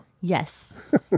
Yes